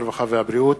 הרווחה והבריאות.